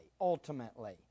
ultimately